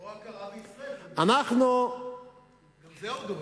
או הכרה בישראל, גם את זה הוא דורש.